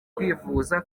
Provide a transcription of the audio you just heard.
kwivuza